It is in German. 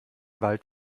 wald